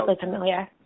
familiar